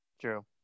true